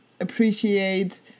appreciate